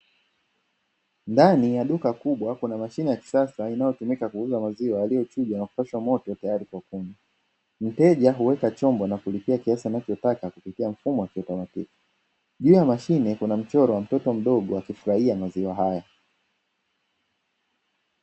Ndani ya duka kubwa kuna mashine ya kisasa inayotumika kuuza maziwa yaliyochujwa na kupashwa moto tayari kwa kunywa. Mteja huweka chombo na kulipia kiasi anachotaka kupitia mfumo wa kiautomatiki. Juu ya mashine kuna mchoro wa mtoto mdogo akifurahia maziwa haya.